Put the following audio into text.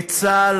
את צה"ל,